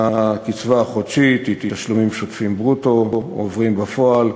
הקצבה החודשית היא תשלומים שוטפים ברוטו שעוברים בפועל,